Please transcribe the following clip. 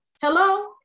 Hello